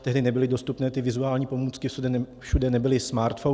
Tehdy nebyly dostupné ty vizuální pomůcky, všude nebyly smartphony.